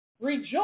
Rejoice